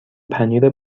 پنیر